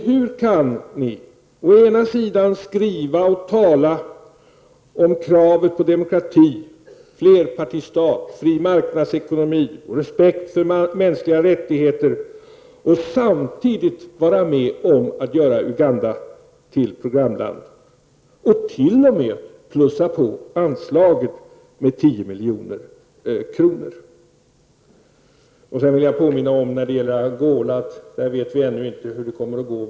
Hur kan ni skriva och tala om kravet på demokrati, om detta med en flerpartistat, om fri marknadsekonomi och om respekten för de mänskliga rättigheter samtidigt som ni vill vara med om att göra Uganda till ett programland och t.o.m. plussa på anslaget i fråga med 10 milj.kr.? Sedan vill jag påminna om att vi ännu inte vet hur det kommer att bli med Angola.